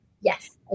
yes